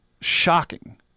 shocking